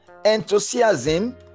Enthusiasm